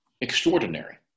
extraordinary